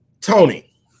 Tony